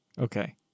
okay